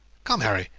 come, harry,